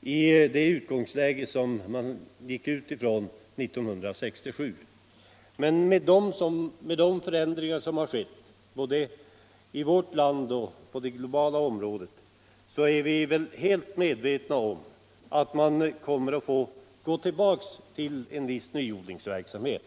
i det läge som man utgick ifrån 1967. Men med de förändringar som har skett både i vårt land och på det globala området är vi väl helt medvetna om att det blir nödvändigt att gå tillbaka till en viss nyodlingsverksamhet.